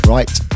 Right